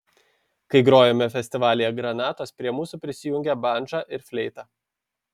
kai grojome festivalyje granatos prie mūsų prisijungė bandža ir fleita